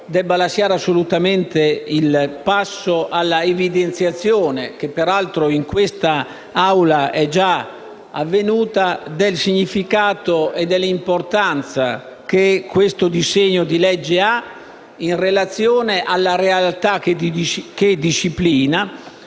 debba lasciare assolutamente il passo alla evidenziazione, che peraltro in quest'Aula è già avvenuta, del significato e dell'importanza che questo disegno di legge ha in relazione alla realtà che disciplina